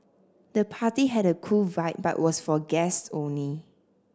the party had a cool vibe but was for guests only